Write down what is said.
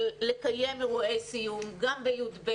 לקיים אירועי סיום גם בי"ב,